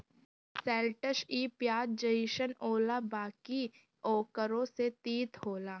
शैलटस इ पियाज जइसन होला बाकि इ ओकरो से तीत होला